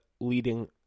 leading